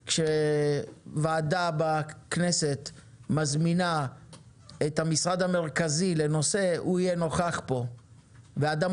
כשוועדה בכנסת מזמינה את המשרד המרכזי לנושא הוא יהיה נוכח פה והאדם